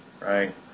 right